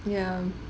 ya